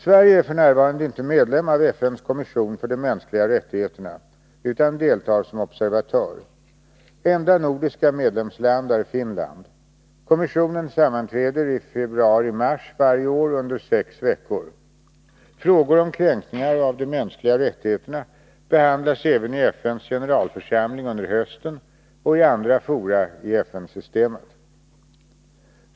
Sverige är f.n. inte medlem av FN:s kommission för de mänskliga rättigheterna, utan deltar som observatör. Enda nordiska medlemsland är Finland. Kommissionen sammanträder i februari-mars varje år under sex veckor. Frågor om kränkningar av de mänskliga rättigheterna behandlas även i FN:s generalförsamling under hösten och i andra fora i FN systemet.